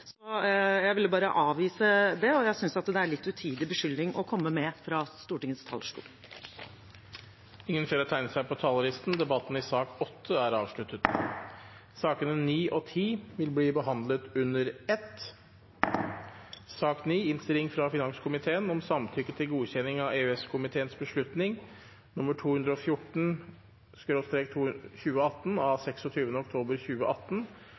Så jeg ville bare avvise det, og jeg synes det er en litt utidig beskyldning å komme med fra Stortingets talerstol. Flere har ikke bedt om ordet til sak nr. 8. Sakene nr. 9 og 10 vil bli behandlet under ett. Etter ønske fra finanskomiteen vil presidenten ordne debatten slik: 3 minutter til hver partigruppe og 3 minutter til medlemmer av